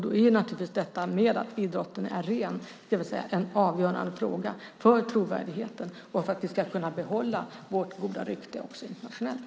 Då är naturligtvis detta med att idrotten är ren en avgörande fråga för trovärdigheten och för att vi ska kunna behålla vårt goda rykte också internationellt.